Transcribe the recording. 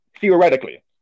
theoretically